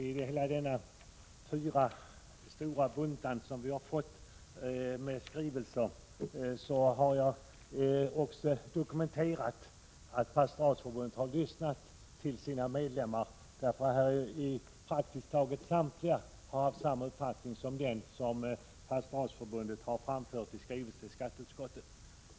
I hela den lunta med skrivelser som vi har fått finns också dokumenterat att Pastoratsförbundet har lyssnat till sina medlemmar — praktiskt taget samtliga har haft samma uppfattning som den som Pastoratsförbundet har framfört i skrivelse till skatteutskottet.